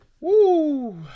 Woo